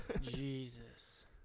Jesus